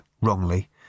wrongly